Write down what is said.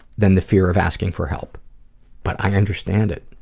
then the fear of asking for help but i understand it.